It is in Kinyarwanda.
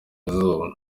izuba